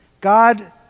God